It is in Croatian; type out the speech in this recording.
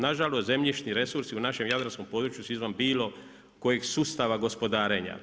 Na žalost zemljišni resursi u našem jadranskom području su izvan bilo kojih sustava gospodarenja.